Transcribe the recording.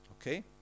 okay